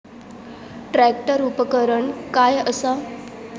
Tractor उपकरण काय असा?